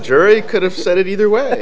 jury could have said it either way